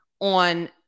on